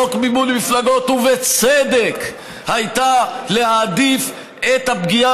בחוק מימון מפלגות הייתה להעדיף את הפגיעה